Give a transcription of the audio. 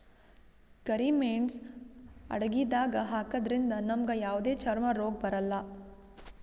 ಕರಿ ಮೇಣ್ಸ್ ಅಡಗಿದಾಗ್ ಹಾಕದ್ರಿಂದ್ ನಮ್ಗ್ ಯಾವದೇ ಚರ್ಮ್ ರೋಗ್ ಬರಲ್ಲಾ